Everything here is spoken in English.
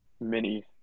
Mini